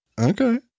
Okay